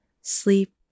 sleep